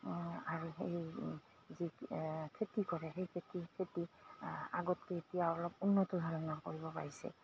আৰু সেই যি খেতি কৰে সেই খেতি আগতকৈ এতিয়া অলপ উন্নত ধৰণে কৰিব পাৰিছে